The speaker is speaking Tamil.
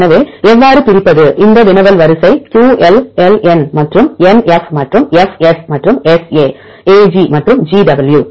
எனவே எவ்வாறு பிரிப்பது இந்த வினவல் வரிசை QL LN மற்றும் NF மற்றும் FS மற்றும் SA AG மற்றும் GW